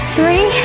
Three